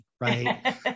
Right